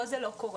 פה זה לא קורה.